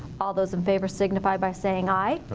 all those in favor signify by saying aye.